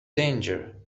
danger